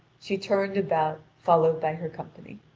she turned about followed by her company.